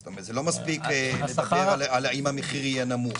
זאת אומרת, זה לא מספיק לדבר על המחיר הנמוך.